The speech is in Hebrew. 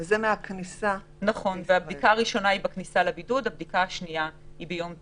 הבדיקה הראשונה היא בכניסה לבידוד והבדיקה השנייה היא ביום התשיעי,